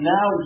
Now